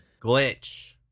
Glitch